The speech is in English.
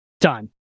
done